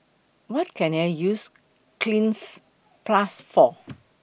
What Can I use Cleanz Plus For